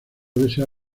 desea